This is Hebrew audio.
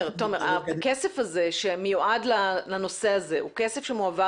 הכסף הזה שמיועד לנושא הזה הוא כסף שמועבר